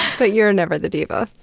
but you're never the diva.